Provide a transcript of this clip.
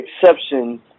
exceptions